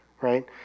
right